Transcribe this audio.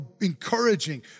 encouraging